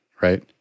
Right